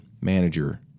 manager